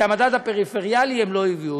את המדד הפריפריאלי הם לא הביאו.